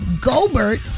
Gobert